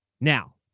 Now